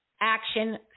action